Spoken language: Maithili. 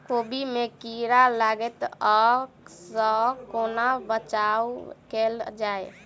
कोबी मे कीड़ा लागै सअ कोना बचाऊ कैल जाएँ?